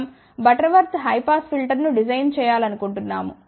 మనం Butterworth high pass ఫిల్టర్ను design చేయాలనుకుంటున్నాము